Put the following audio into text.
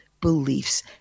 beliefs